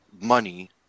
money